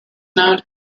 known